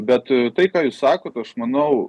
bet tai ką jūs sakot aš manau